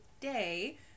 today